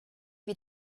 wie